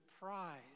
pride